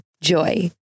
Joy